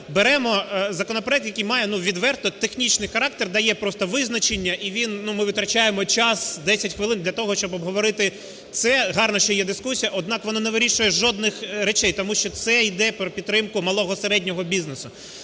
беремо законопроект, який має, ну, відверто, технічний характер дає просто визначення і ми витрачаємо час 10 хвилин для того, щоб обговорити це? Гарно, що є дискусія. Однак, воно не вирішує жодних речей, тому що це іде про підтримку малого, середнього бізнесу.